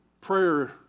prayer